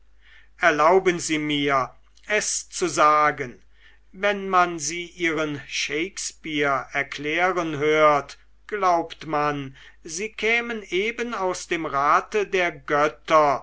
erlauben sie mir es zu sagen wenn man sie ihren shakespeare erklären hört glaubt man sie kämen eben aus dem rate der götter